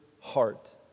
heart